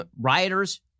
rioters